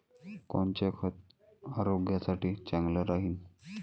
कोनचं खत आरोग्यासाठी चांगलं राहीन?